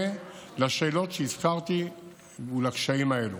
על שאלות שהזכרתי ועל הקשיים האלה.